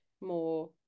more